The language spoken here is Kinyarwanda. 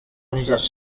n’igice